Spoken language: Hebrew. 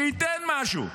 שייתן משהו.